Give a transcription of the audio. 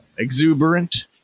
exuberant